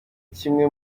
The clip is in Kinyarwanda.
kimwe